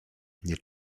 nie